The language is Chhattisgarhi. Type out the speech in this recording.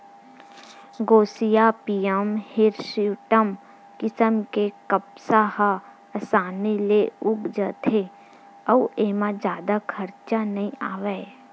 गोसिपीयम हिरस्यूटॅम किसम के कपसा ह असानी ले उग जाथे अउ एमा जादा खरचा नइ आवय